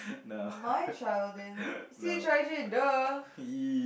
my child in c_h_i_j the